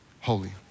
holy